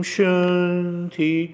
Shanti